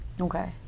Okay